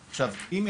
בשנתיים.